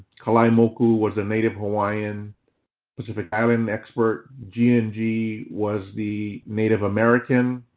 kalaimoku was a native hawaiian pacific island expert. g and g was the native american,